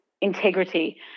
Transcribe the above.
integrity